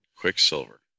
Quicksilver